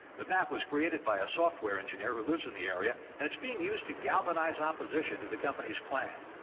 the map was created by a software engineer who lives in the area, and it's being used to galvanize opposition to the company's plan.